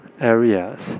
areas